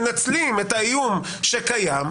מנצלים את האיום שקיים.